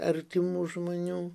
artimų žmonių